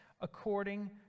according